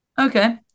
Okay